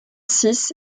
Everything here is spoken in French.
six